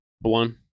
One